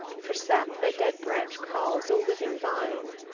for sap thy dead branch calls, o living vine!